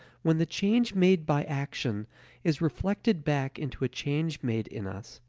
when the change made by action is reflected back into a change made in us,